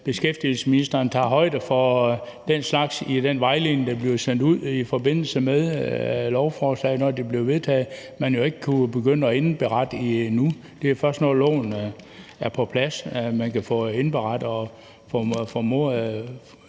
beskæftigelsesministeren tager højde for den slags i den vejledning, der bliver sendt ud i forbindelse med lovforslaget, når det bliver vedtaget. Man har jo ikke kunnet begynde at indberette endnu. Det er jo først, når loven er på plads, at man kan få det indberettet, og det